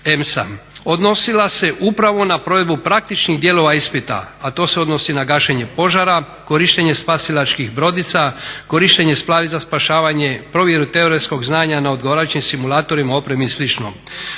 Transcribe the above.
EMSA. Odnosila se upravo na provedbu praktičnih dijelova ispita, a to se odnosi na gašenje požara, korištenje spasilačkih brodica, korištenja splavi za spašavanje, provjeru teoretskog znanja na odgovarajućim simulatorima, opremi i